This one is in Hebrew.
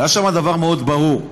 היה שם דבר מאוד ברור: